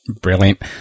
Brilliant